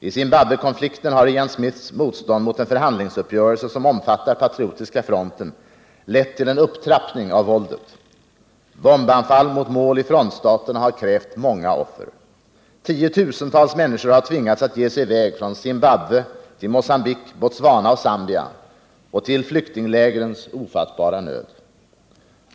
I Zimbabwekonflikten har lan Smiths motstånd mot en förhandlingsuppgörelse, som omfattar Patriotiska fronten, lett till en upptrappning av våldet. Bombanfall mot mål i frontstaterna har krävt många offer. Tiotusentals människor har tvingats att ge sig i väg från Zimbabwe till Mogambique, Botswana och Zambia och till flyktinglägrens ofattbara nöd.